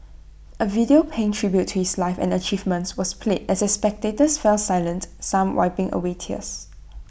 A video paying tribute to his life and achievements was played as the spectators fell silent some wiping away tears